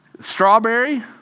Strawberry